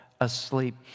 asleep